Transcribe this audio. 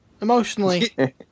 emotionally